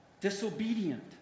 disobedient